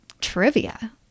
trivia